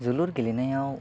जोलुर गेलेनायाव